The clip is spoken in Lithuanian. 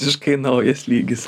visiškai naujas lygis